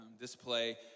display